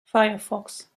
firefox